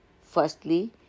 Firstly